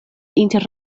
inter